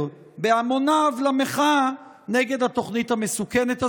בהמוניו למחאה נגד התוכנית המסוכנת הזו.